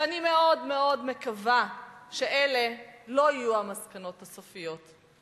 שאני מאוד מאוד מקווה שאלה לא יהיו המסקנות הסופיות.